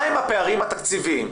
מה הם הפערים התקציביים?